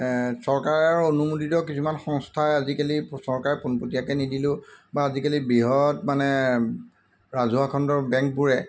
চৰকাৰে আৰু অনুমোদিত কিছুমান সংস্থাই আজিকালি চৰকাৰে পোনপটীয়াকৈ নিদিলেও বা আজিকালি বৃহৎ মানে ৰাজহুৱাখণ্ডৰ বেংকবোৰে